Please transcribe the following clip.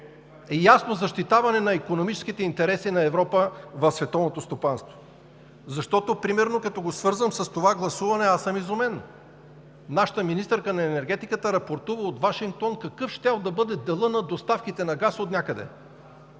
по-ясно защитаване на икономическите интереси на Европа в световното стопанство, защото например като го свързвам с това гласуване, съм изумен. Нашата министърка на енергетиката рапортува от Вашингтон какъв щял да бъде делът на доставките на газ отнякъде.